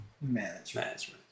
management